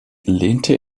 lehnte